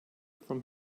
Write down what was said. from